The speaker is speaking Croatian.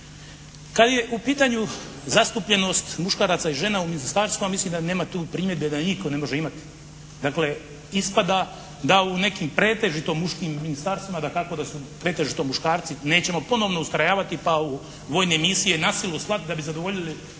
Kad je u pitanju zastupljenost muškaraca i žena u ministarstvima mislim da nema tu primjedbe, da nitko ne može imati. Dakle, ispada da u nekim pretežito muškim ministarstvima dakako da su pretežito muškarci, nećemo ponovno ustrajavati pa u vojne misije na silu slati da bi zadovoljile